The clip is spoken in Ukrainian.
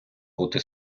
бути